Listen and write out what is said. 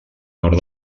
nord